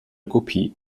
kopie